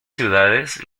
ciudades